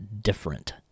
different